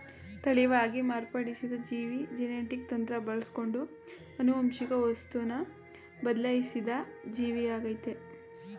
ತಳೀಯವಾಗಿ ಮಾರ್ಪಡಿಸಿದ ಜೀವಿ ಜೆನೆಟಿಕ್ ತಂತ್ರ ಬಳಸ್ಕೊಂಡು ಆನುವಂಶಿಕ ವಸ್ತುನ ಬದ್ಲಾಯ್ಸಿದ ಜೀವಿಯಾಗಯ್ತೆ